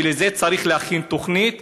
ולזה צריך להכין תוכנית.